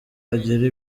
hagira